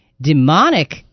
Demonic